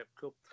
cool